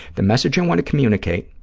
the message i want to communicate,